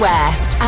West